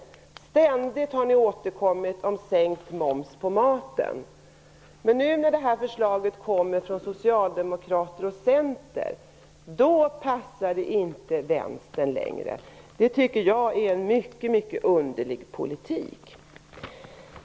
Ni har ständigt återkommit med kravet på sänkt moms på maten. Men nu när förslaget kommer från Socialdemokraterna och Centern, då passar det inte längre Vänstern. Det tycker jag är en mycket underlig politik.